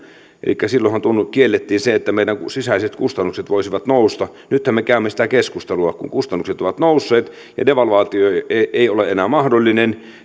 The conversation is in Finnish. elikkä silloinhan kiellettiin se että meidän sisäiset kustannuksemme voisivat nousta nythän me käymme sitä keskustelua kun kustannukset ovat nousseet ja devalvaatio ei ei ole enää mahdollinen